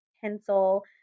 pencil